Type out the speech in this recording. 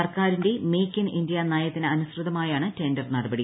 സർക്കാരിന്റെ make in India നയത്തിന് അനുസൃതമായാണ് ടെൻഡർ നടപടി